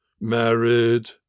Married